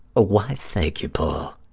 ah why, thank you, paul.